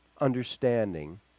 understanding